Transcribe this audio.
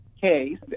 case